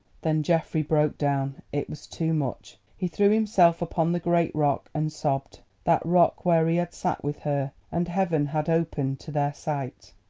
then geoffrey broke down it was too much. he threw himself upon the great rock and sobbed that rock where he had sat with her and heaven had opened to their sight.